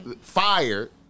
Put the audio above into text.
Fired